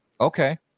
Okay